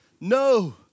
No